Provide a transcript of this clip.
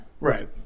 Right